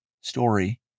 story